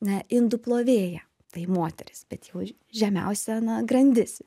na indų plovėja tai moteris bet jau žemiausia na grandis